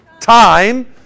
time